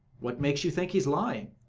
what makes you think he is lying?